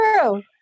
true